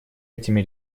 этими